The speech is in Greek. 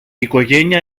οικογένεια